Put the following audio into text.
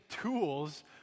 tools